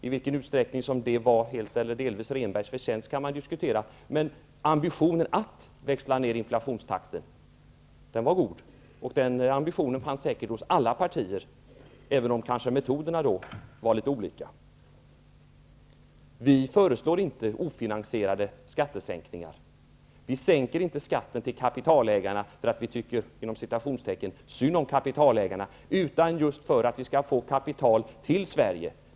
I vilken utsträckning det var helt eller delvis Rehnbergs förtjänst kan man diskutera, men ambitionen att växla ner inflationstakten var god, och den ambitionen fanns säkert hos alla partier, även om metoderna kanske var litet olika. Vi föreslår inte ofinansierade skattesänkningar. Vi sänker inte skatten för kapitalägarna på grund av att vi ''tycker synd om kapitalägarna'' utan just för att vi skall få kapital till Sverige.